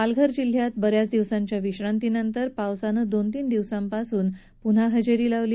पालघर जिल्ह्यात बऱ्याच दिवसांच्या विश्रांती नंतर पावसानं दोन तीन दिवसांपासून पुन्हा हजेरी लावली